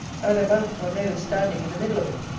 neither mouth nor nose standing in the middle of it.